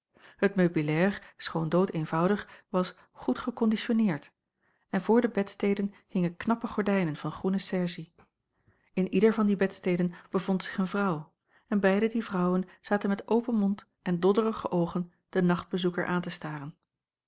het meubilair schoon doodeenvoudig was goed gekonditioneerd en voor de bedsteden hingen knappe gordijnen van groene sergie in ieder van die bedsteden bevond zich een vrouw en beide die vrouwen zaten met open mond en dodderige oogen den nachtbezoeker aan te staren